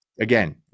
again